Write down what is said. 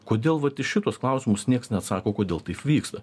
kodėl vat į šituos klausimus nieks neatsako kodėl tai vyksta